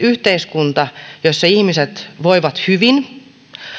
yhteiskunta jossa ihmiset voivat hyvin